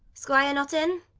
squire not in?